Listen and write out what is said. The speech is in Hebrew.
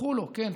תיקחו לו כן,